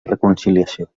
reconciliació